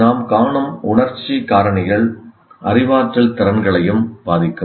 நாம் காணும் உணர்ச்சி காரணிகள் அறிவாற்றல் திறன்களையும் பாதிக்கும்